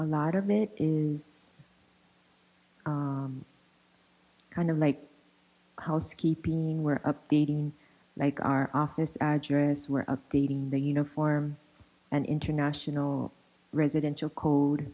a lot of it is kind of like housekeeping mean we're updating like our office address we're updating the uniform and international residential code